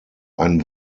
ein